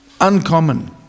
uncommon